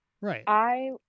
Right